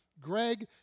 Greg